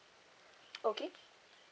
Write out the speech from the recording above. okay